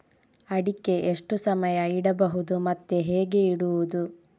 ಅಡಿಕೆ ಎಷ್ಟು ಸಮಯ ಇಡಬಹುದು ಮತ್ತೆ ಹೇಗೆ ಇಡುವುದು?